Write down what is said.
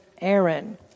Aaron